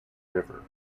river